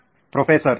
professor ಸರಿ